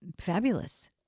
fabulous